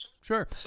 sure